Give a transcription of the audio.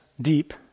deep